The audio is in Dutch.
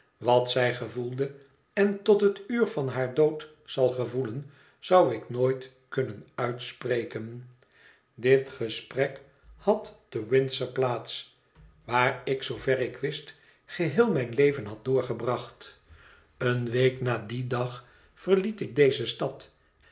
wat zij gevoelde en tot het uur van haar dood zal gevoelen zou ik nooit kunnen uitspreken dit gesprek had te windsor plaats waar ik zoover ik wist geheel mijn leven had doorgebracht eene week na dien dag verliet ik deze stad